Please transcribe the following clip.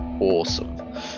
awesome